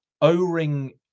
O-Ring